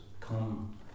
Come